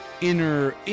inner